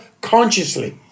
consciously